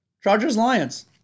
Chargers-Lions